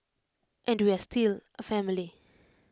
and we are still A family